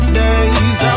days